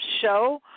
show